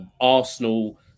Arsenal